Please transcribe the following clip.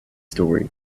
story